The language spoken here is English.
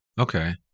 Okay